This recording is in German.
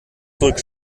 zurück